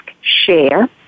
share